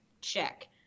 Check